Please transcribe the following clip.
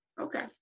okay